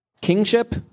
kingship